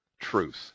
truth